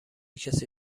کسی